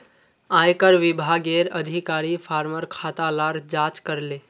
आयेकर विभागेर अधिकारी फार्मर खाता लार जांच करले